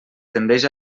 tendeix